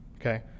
okay